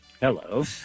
Hello